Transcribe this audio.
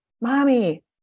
mommy